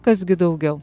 kas gi daugiau